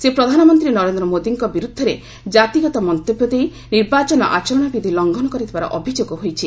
ସେ ପ୍ରଧାନମନ୍ତ୍ରୀ ନରେନ୍ଦ୍ର ମୋଦିଙ୍କ ବିରୁଦ୍ଧରେ ଜାତିଗତ ମନ୍ତବ୍ୟ ଦେଇ ନିର୍ବାଚନ ଆଚରଣ ବିଧି ଲଙ୍ଘନ କରିଥିବାର ଅଭିଯୋଗ ହୋଇଛି